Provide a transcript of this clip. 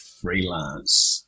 freelance